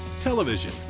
television